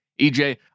EJ